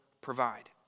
provide